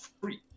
free